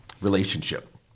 relationship